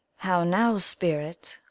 how now, spirit!